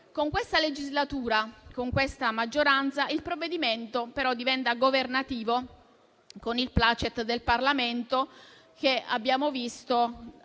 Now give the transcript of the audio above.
Con questa legislatura e con questa maggioranza il provvedimento però diventa governativo, con il *placet* del Parlamento, che abbiamo visto